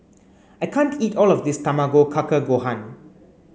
I can't eat all of this Tamago kake gohan